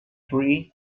tree